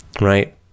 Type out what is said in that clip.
right